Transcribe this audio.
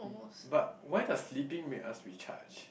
but why does sleeping make us recharged